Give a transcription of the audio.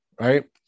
Right